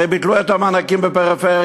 הרי ביטלו את המענקים בפריפריה,